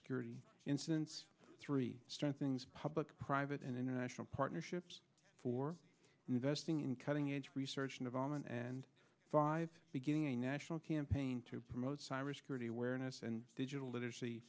security incidents three strong things public private and international partnerships for investing in cutting edge research and development and five beginning a national campaign to promote cyrus purity awareness and digital literacy